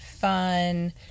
fun